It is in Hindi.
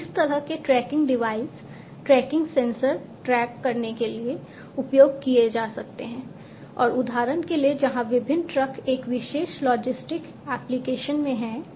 तो इस तरह के tracking device tracking sensor track करने के लिए उपयोग किए जा सकते हैं और उदाहरण के लिए जहां विभिन्न ट्रक एक विशेष लॉजिस्टिक एप्लिकेशन में हैं